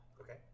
Okay